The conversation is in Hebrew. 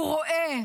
הוא רואה,